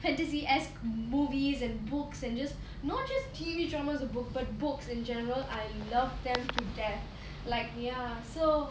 fantasy as movies and books and just not just T_V dramas but books in general I love them to death like ya so